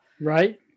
Right